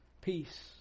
peace